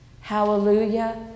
Hallelujah